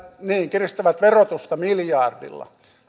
kiristävät verotusta miljardilla